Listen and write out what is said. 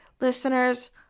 listeners